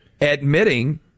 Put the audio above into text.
admitting